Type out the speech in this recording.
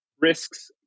risks